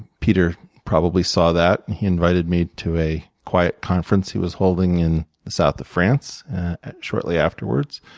peter probably saw that. he invited me to a quiet conference he was holding in the south of france shortly afterwards.